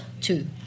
two